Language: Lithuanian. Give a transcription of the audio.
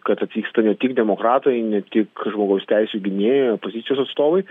kad atvyksta ne tik demokratai ne tik žmogaus teisių gynėjai opozicijos atstovai